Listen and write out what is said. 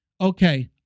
okay